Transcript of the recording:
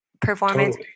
performance